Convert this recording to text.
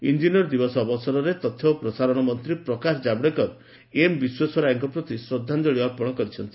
engineer ଦିବସ ଅବସରରେ ତଥ୍ୟ ଓ ପ୍ରସାରଣ ମନ୍ତ୍ରୀ ପ୍ରକାଶ ଜାବଡେକର ଏମ୍ ବିଶ୍ୱେଶ୍ୱରୈୟାଙ୍କ ପ୍ରତି ଶ୍ରଦ୍ଧାଞ୍ଜଳି ଅର୍ପଣ କରିଛନ୍ତି